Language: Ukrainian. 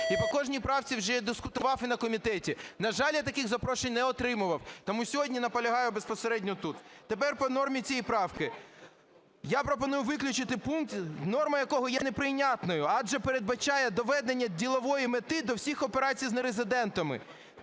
і по кожній правці вже дискутував і на комітеті. На жаль, я таких запрошень не отримував, тому сьогодні наполягаю безпосередньо тут. Тепер по нормі цієї правки. Я пропоную виключити пункт, норма якого є неприйнятною, адже передбачає доведення ділової мети до всіх операцій з нерезидентами.